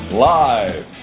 live